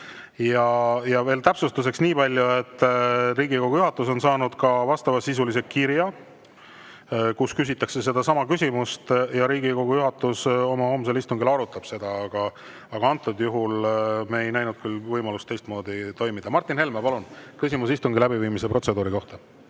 välja. Täpsustuseks veel niipalju, et Riigikogu juhatus on saanud ka vastava sisuga kirja, kus küsitakse sedasama, ja Riigikogu juhatus oma homsel istungil arutab seda. Aga antud juhul me ei näinud küll võimalust teistmoodi toimida. Martin Helme, palun, küsimus istungi läbiviimise protseduuri kohta!